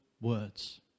words